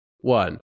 one